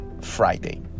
Friday